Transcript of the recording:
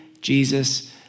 Jesus